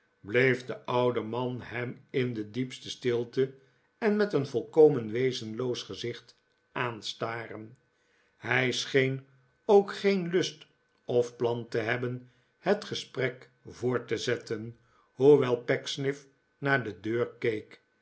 bleef de oude man hem in de diepste stilte en met een volkomen wezenloos gezicht aanstaren j iij scheen ook geen lust of plan te hebben het gesprek voort te zetten hoewel pecksniff naar de deur